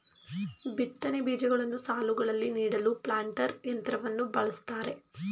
ಬಿತ್ತನೆ ಬೀಜಗಳನ್ನು ಸಾಲುಗಳಲ್ಲಿ ನೀಡಲು ಪ್ಲಾಂಟರ್ ಯಂತ್ರವನ್ನು ಬಳ್ಸತ್ತರೆ